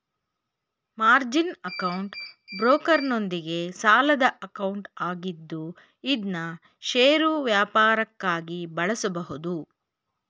margin account ಬ್ರೋಕರ್ನೊಂದಿಗೆ ಸಾಲದ account ಆಗಿದ್ದು ಇದ್ನಾ ಷೇರು ವ್ಯಾಪಾರಕ್ಕಾಗಿ ಬಳಸಬಹುದು